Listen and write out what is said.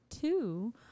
two